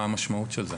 מה המשמעות של זה?